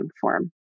form